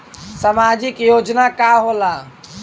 सामाजिक योजना का होला?